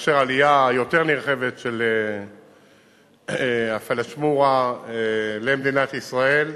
לאפשר עלייה יותר נרחבת של הפלאשמורה למדינת ישראל,